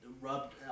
rubbed